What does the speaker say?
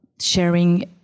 sharing